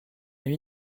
amie